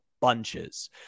Bunches